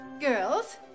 Girls